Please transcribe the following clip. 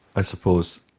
i suppose,